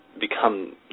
become